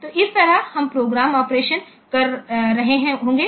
तो इस तरह यह प्रोग्राम ऑपरेशन कर रहे होंगे